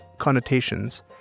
Connotations